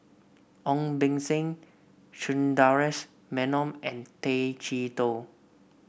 Ong Beng Seng Sundaresh Menon and Tay Chee Toh